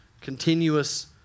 continuous